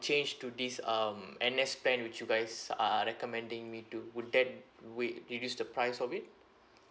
change to this um N_S plan which you guys are recommending me to would that will it reduce the price of it